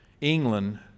England